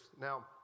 Now